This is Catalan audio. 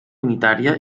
unitària